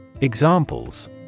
Examples